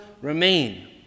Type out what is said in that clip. remain